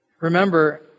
Remember